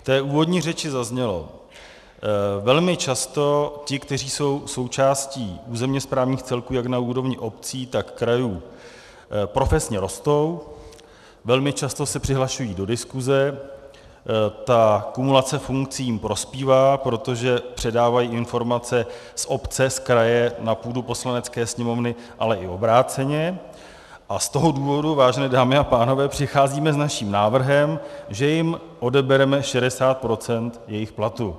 V úvodní řeči zaznělo: Velmi často ti, kteří jsou součástí územně správních celků jak na úrovni obcí, tak krajů, profesně rostou, velmi často se přihlašují do diskuse, ta kumulace funkcí jim prospívá, protože předávají informace z obce, z kraje, na půdu Poslanecké sněmovny, ale i obráceně, a z toho důvodu, vážené dámy a pánové, přicházíme s naším návrhem, že jim odebereme 60 % jejich platu.